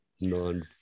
non